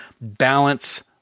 balance